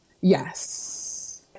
Yes